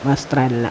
വസ്ത്രമല്ല